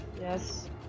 Yes